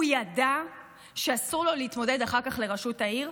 הוא ידע שאסור לו להתמודד אחר כך לראשות העיר.